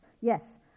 yes